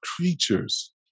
creatures